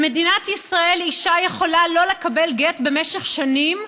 במדינת ישראל אישה יכולה שלא לקבל גט משך שנים,